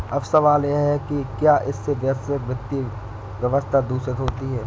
अब सवाल यह है कि क्या इससे वैश्विक वित्तीय व्यवस्था दूषित होती है